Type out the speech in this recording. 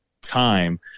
time